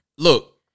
Look